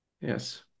yes